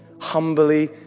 humbly